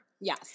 Yes